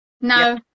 No